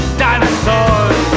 dinosaurs